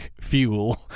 fuel